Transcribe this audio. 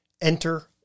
Enter